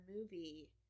movie